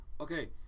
okay